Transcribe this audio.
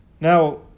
Now